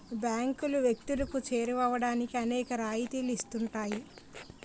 బ్యాంకులు వ్యక్తులకు చేరువవడానికి అనేక రాయితీలు ఇస్తుంటాయి